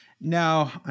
No